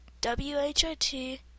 W-H-I-T